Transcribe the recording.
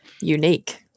unique